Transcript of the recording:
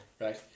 Right